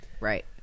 Right